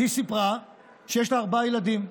היא סיפרה שיש לה ארבעה ילדים,